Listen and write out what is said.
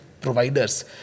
providers